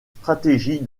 stratégie